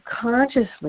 consciously